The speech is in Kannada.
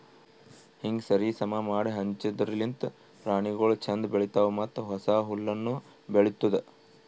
ಹೀಂಗ್ ಸರಿ ಸಮಾ ಮಾಡಿ ಹಂಚದಿರ್ಲಿಂತ್ ಪ್ರಾಣಿಗೊಳ್ ಛಂದ್ ಬೆಳಿತಾವ್ ಮತ್ತ ಹೊಸ ಹುಲ್ಲುನು ಬೆಳಿತ್ತುದ್